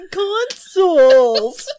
consoles